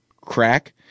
crack